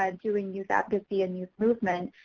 um doing youth advocacy and youth movement,